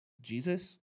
Jesus